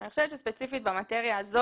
אני חושבת שספציפית במטריה הזאת